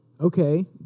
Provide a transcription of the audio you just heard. Okay